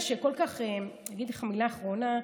אני אגיד לך מילה אחרונה,